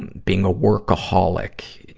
and being a workaholic,